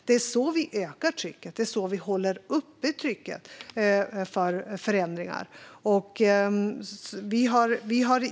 Det är så vi ökar trycket, och det är så vi håller trycket uppe för att förändringar ska kunna ske.